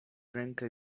rękę